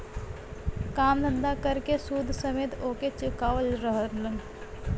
काम धंधा कर के सूद समेत ओके चुकावत रहलन